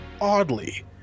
oddly